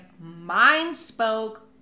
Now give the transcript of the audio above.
mind-spoke